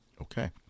Okay